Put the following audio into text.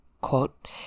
quote